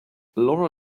laura